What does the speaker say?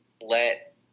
let